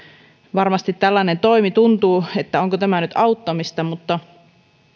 varmasti tuntuu siltä että onko tämä nyt auttamista mutta